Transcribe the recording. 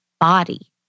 body